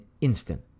instant